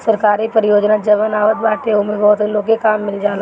सरकारी परियोजना जवन आवत बाटे ओमे बहुते लोग के काम मिल जाला